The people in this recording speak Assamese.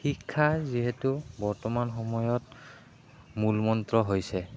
শিক্ষা যিহেতু বৰ্তমান সময়ত মূল মন্ত্ৰ হৈছে